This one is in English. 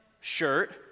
shirt